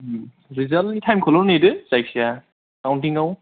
रिजाल्टनि टाइमखौल' नेदो जायखिजाया कावन्टिंयाव